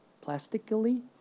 Plastically